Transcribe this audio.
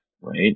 right